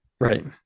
Right